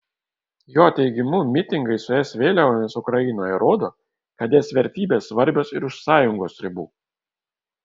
jo teigimu mitingai su es vėliavomis ukrainoje rodo kad es vertybės svarbios ir už sąjungos ribų